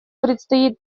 предстоит